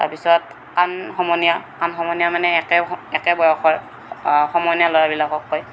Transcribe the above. তাৰ পিছত কাণ সমনীয়া কাণ সমনীয়া মানে একে একে বয়সৰ সমনীয়া ল'ৰাবিলাকক কয়